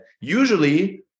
usually